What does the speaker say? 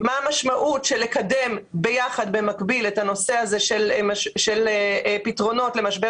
מה המשמעות של לקדם ביחד במקביל את הנושא הזה של פתרונות למשבר